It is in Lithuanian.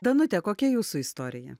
danute kokia jūsų istorija